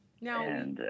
Now